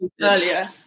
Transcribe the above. Earlier